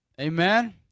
Amen